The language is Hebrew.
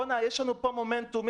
יש לנו פה מומנטום,